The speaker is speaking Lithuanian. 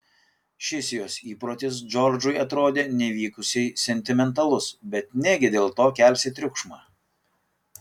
šis jos įprotis džordžui atrodė nevykusiai sentimentalus bet negi dėl to kelsi triukšmą